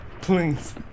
Please